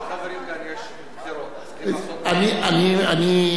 הרי אני ביקשתי לסגור את הכנסת כדי